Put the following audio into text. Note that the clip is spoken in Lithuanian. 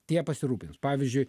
tie pasirūpins pavyzdžiui